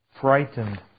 frightened